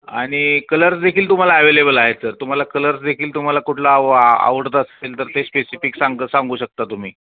आणि कलर्स देखील तुम्हाला ॲवेलेबल आहेत सर तुम्हाला कलर्स देखील तुम्हाला कुठला आव आवडतं असेल तर ते स्पेसिफिक सांगं सांगू शकता तुम्ही